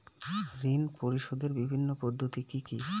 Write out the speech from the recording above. ঋণ পরিশোধের বিভিন্ন পদ্ধতি কি কি?